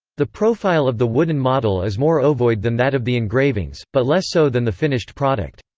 the profile of the wooden model is more ovoid than that of the engravings, but less so than the finished product.